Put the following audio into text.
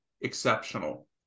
exceptional